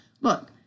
Look